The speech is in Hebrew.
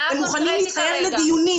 הם מוכנים להתחייב לדיונים.